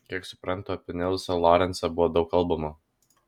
kiek suprantu apie nilsą lorencą buvo daug kalbama